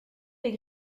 des